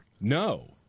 No